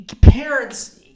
Parents